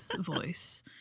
voice